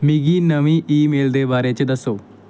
मिगी नमीं ईमेल दे बारे च दस्सो